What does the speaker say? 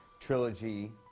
Trilogy